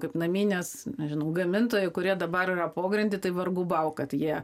kaip naminės nežinau gamintojai kurie dabar yra pogrindy tai vargu bau kad jie